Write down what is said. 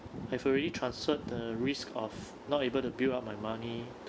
I've already transferred the risk of not able to build up my money